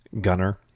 Gunner